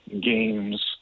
games